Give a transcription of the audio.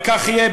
וכך יהיה,